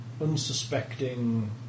unsuspecting